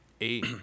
eight